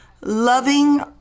loving